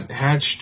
hatched